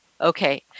Okay